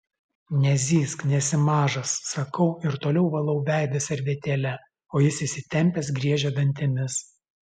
nezyzk nesi mažas sakau ir toliau valau veidą servetėle o jis įsitempęs griežia dantimis